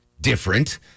different